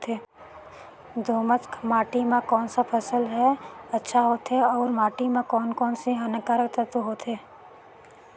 दोमट माटी मां कोन सा फसल ह अच्छा होथे अउर माटी म कोन कोन स हानिकारक तत्व होथे?